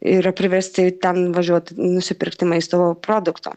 yra privesti ten važiuot nusipirkti maisto produkto